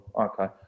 Okay